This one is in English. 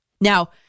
Now